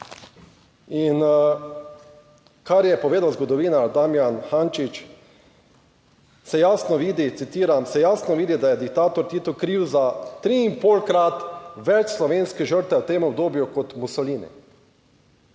In kar je povedal zgodovinar Damjan Hančič, se jasno vidi, citiram: »Se jasno vidi, da je diktator Tito kriv za triinpolkrat več slovenskih žrtev v tem obdobju kot Mussolini.«